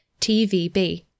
TVB